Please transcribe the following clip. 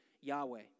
Yahweh